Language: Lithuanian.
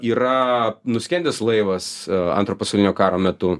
yra nuskendęs laivas antro pasaulinio karo metu